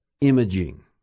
imaging